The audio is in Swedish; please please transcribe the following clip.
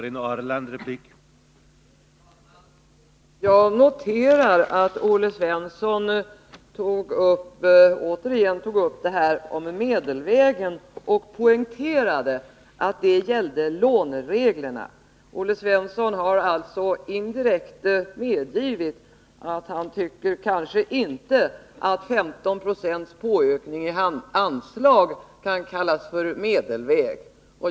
Herr talman! Jag noterar att Olle Svensson återigen tog upp frågan om medelvägen och poängterade att det gällde lånereglerna. Olle Svensson har alltså indirekt medgivit att han kanske inte tycker att 15 926 ökning av anslaget kan kallas för medelväg.